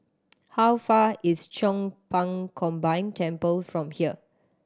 how far is Chong Pang Combined Temple from here